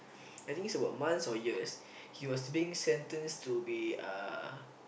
I think it's about months or years he was being sentenced to be a